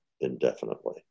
indefinitely